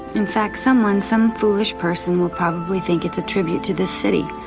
in fact, someone, some foolish person will probably think it's a tribute to this city,